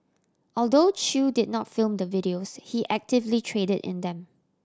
although Chew did not film the videos he actively traded in them